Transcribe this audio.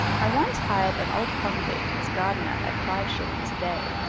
i once hired an old convict as gardener at five shillings a day.